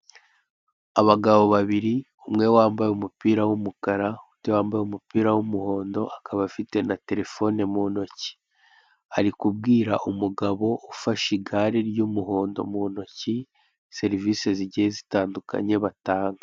Abagabo babiri; umwe wambaye umupira w'umukara undi wambaye umupira w'umuhondo, akaba afite na terefone mu ntoki. Ari kubwira umugabo ufashe igare ry'umuhondo mu ntoki, serivise zigiye zitandukanye batanga.